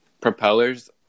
propellers